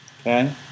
Okay